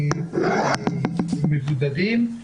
מבודדים,